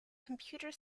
computer